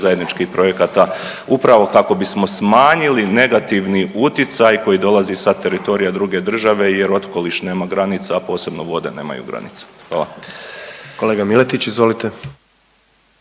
zajedničkih projekata upravo kako bismo smanjili negativni uticaj koji dolazi sa teritorija druge države jer okoliš nema granica, a posebno vode nemaju granica. Hvala. **Jandroković, Gordan